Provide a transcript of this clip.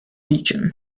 region